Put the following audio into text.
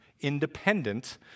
independent